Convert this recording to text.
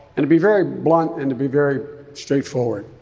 and to be very blunt and to be very straightforward,